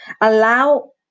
Allow